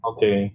Okay